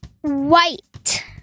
White